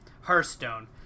Hearthstone